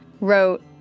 wrote